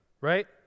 right